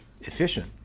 efficient